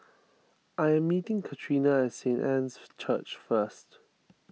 I am meeting Katrina at Saint Anne's Church first